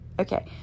Okay